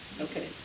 Okay